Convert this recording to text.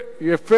תובב"א,